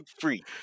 free